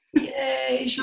Yay